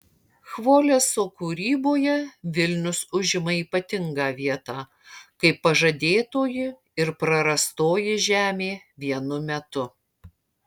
chvoleso kūryboje vilnius užima ypatingą vietą kaip pažadėtoji ir prarastoji žemė vienu metu